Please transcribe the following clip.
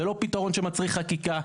זה לא פתרון שמצריך חקיקה.